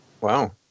Wow